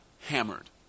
hammered